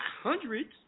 hundreds